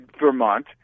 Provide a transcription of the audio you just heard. Vermont